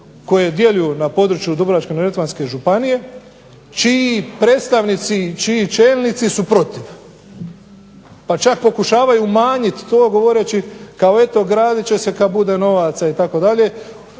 koje djeluju na području Dubrovačko-neretvanske županije čiji predstavnici i čiji čelnici su protiv. Pa čak pokušavaju umanjiti to govoreći graditi će se kada bude novaca itd.,